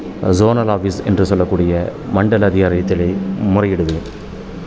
zonal office என்று சொல்லக்கூடிய மண்டல அதிகாரி இடத்திலே முறையிடுவேன்